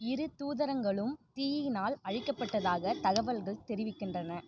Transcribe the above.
இரு தூதரங்களும் தீயினால் அழிக்கப்பட்டதாக தகவல்கள் தெரிவிக்கின்றன